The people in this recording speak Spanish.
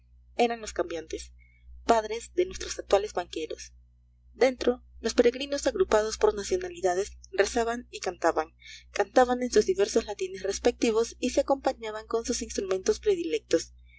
eran los cambiantes padres de nuestros actuales banqueros dentro los peregrinos agrupados por nacionalidades rezaban y cantaban cantaban en sus diversos latines respectivos y se acompañaban con sus instrumentos predilectos